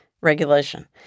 regulation